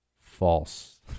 False